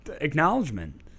acknowledgement